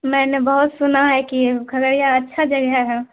میں نے بہت سنا ہے کہ کھگریا اچھا جگہ ہے